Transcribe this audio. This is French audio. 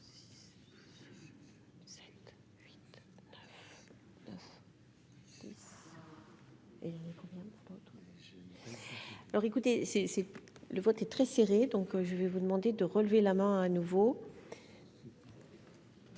le vote est très serré, donc je vais vous demander de relever la main à nouveau.